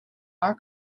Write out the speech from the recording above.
our